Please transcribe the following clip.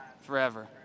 forever